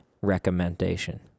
recommendation